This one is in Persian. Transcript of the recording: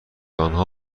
آنها